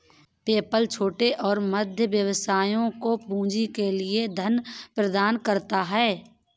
PayPal छोटे और मध्यम व्यवसायों को पूंजी के लिए धन प्रदान करता है